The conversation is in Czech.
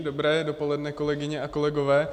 Dobré dopoledne, kolegyně, kolegové.